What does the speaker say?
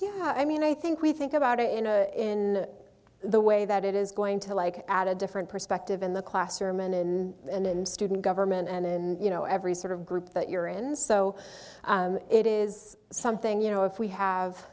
yeah i mean i think we think about it in the way that it is going to like add a different perspective in the classroom and in and in student government and in you know every sort of group that you're in so it is something you know if we have